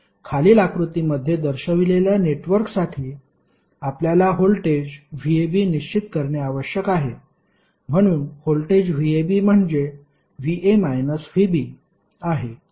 खालील आकृतीमध्ये दर्शविलेल्या नेटवर्कसाठी आपल्याला व्होल्टेज VAB निश्चित करणे आवश्यक आहे म्हणून व्होल्टेज VAB म्हणजे VA VB आहे